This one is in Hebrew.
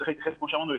וכמו שאמרנו,